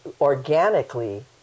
organically